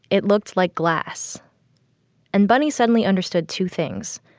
it looks like glass and bunnie suddenly understood two things.